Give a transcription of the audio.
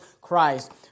Christ